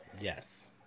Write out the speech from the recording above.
Yes